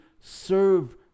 serve